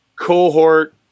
cohort